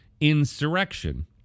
insurrection